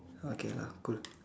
okay lah good